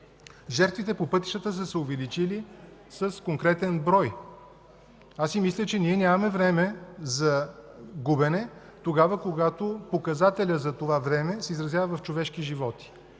жертвите по пътищата са се увеличили с конкретен брой. Аз си мисля, че ние нямаме време за губене тогава, когато показателят за това време се изразява в човешки животи,